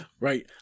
right